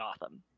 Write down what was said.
Gotham